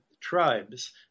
tribes